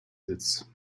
sitz